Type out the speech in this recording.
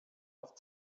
auf